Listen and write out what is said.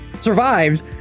survived